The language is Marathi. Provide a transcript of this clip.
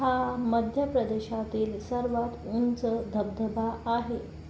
हा मध्यप्रदेशातील सर्वात उंच धबधबा आहे